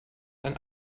ein